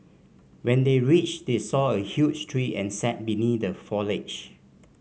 when they reached they saw a huge tree and sat beneath the foliage